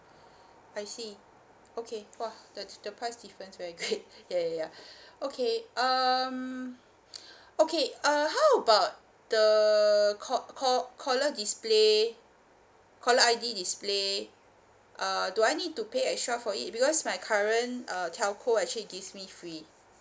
I see okay !wah! that's the price difference very great ya ya ya okay um okay uh how about the ca~ ca~ caller display caller I_D display uh do I need to pay extra for it because my current uh telco actually gives me free